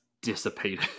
dissipated